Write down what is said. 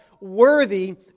worthy